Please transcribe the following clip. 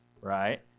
right